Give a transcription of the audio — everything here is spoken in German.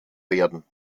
werden